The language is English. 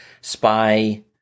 spy